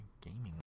Gaming